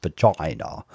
vagina